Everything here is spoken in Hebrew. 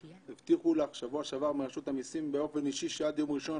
יצוין רק שבשבוע שעבר הבטיחו לך מרשות המיסים באופן אישי שעד יום ראשון,